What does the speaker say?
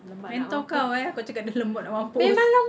mentor kau eh kau cakap dia lembab nak mampus